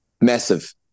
Massive